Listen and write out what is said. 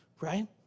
right